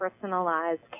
personalized